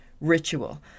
ritual